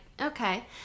okay